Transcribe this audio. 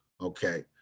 Okay